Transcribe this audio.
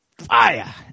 fire